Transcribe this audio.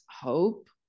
hope